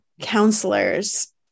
counselors